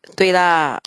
对啦